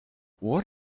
what